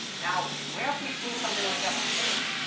now, where have we seen something like that before?